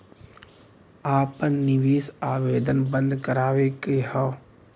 आपन निवेश आवेदन बन्द करावे के हौ?